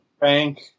bank